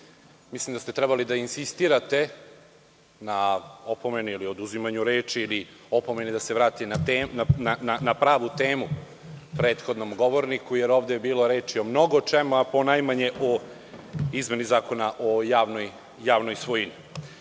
Mislim da ste trebali da insistirate na opomeni ili oduzimanju reči ili opomeni da se vrati na temu, pravu temu prethodnom govorniku jer ovde je bilo reči o mnogo čemu, a po najmanje o izmeni Zakona o javnoj svojini. Verujem